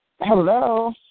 Hello